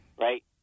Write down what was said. right